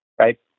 Right